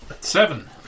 Seven